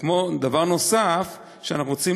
דבר נוסף שאנחנו רוצים,